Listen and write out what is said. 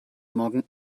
morgen